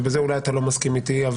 ואולי בזה אתה לא מסכים איתי.